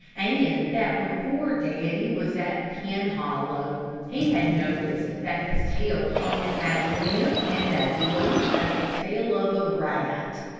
and that when poor daddy was at penhollow he had noticed that his tail hung as limp and as loose as the tail of a rat.